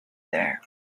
there